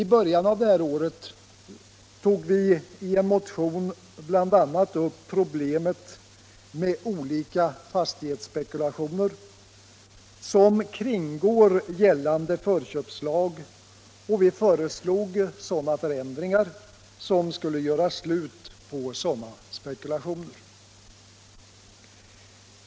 I början av det här året tog vi i en motion bl.a. upp problemet med olika fastighetsspekulationer, som kringgår gällande förköpslag, och vi föreslog sådana förändringar som skulle göra slut på spekulationer av det slaget.